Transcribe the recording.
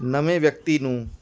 ਨਵੇਂ ਵਿਅਕਤੀ ਨੂੰ